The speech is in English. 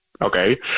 Okay